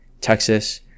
Texas